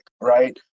right